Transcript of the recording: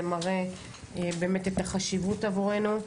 זה מראה באמת את החשיבות עבורנו.